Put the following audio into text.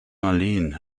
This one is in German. marleen